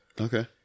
okay